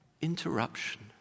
interruption